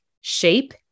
Shape